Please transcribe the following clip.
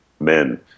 Men